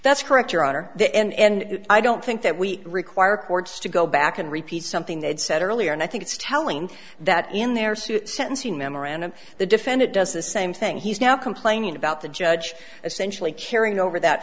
that's correct your honor the end i don't think that we require courts to go back and repeat something they had said earlier and i think it's telling that in their suit sentencing memorandum the defendant does the same thing he's now complaining about the judge essentially carrying over that